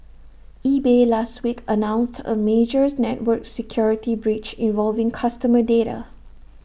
eBay last week announced A major network security breach involving customer data